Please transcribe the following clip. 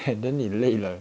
and then 你累了